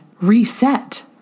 reset